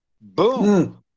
Boom